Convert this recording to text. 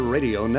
Radio